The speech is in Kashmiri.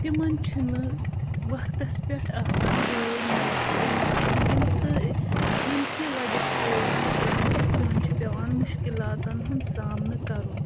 تِمَن چھُنہٕ وَقتَس پٮ۪ٹھ آسان گٲڑۍ میسر کِہیٖنۍ ییٚمہِ سۭتۍ ییٚمہِ کہِ وجہ سۭتۍ زَن تہِ تِمَن چھُ پیٚوان مُشکِلاتَن ہُنٛد سامنہٕ کَرُن